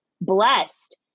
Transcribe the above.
blessed